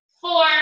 four